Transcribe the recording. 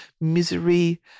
misery